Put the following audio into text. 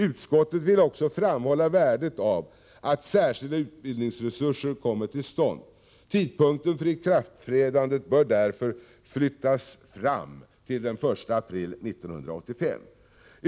Utskottet vill också framhålla värdet av att särskilda utbildningsinsatser kommer till stånd. Tidpunkten för ikraftträdandet bör därför flyttas fram till den 1 april 1985.